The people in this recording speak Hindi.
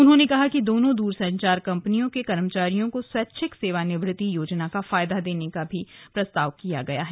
उन्होंने कहा कि दोनों दूरसंचार कम्पनियों के कर्मचारियों को स्वैच्छिक सेवानिवृत्ति योजना का फायदा देने का प्रस्ताव किया गया है